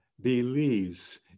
Believes